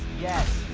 yes.